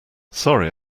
sorry